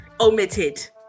omitted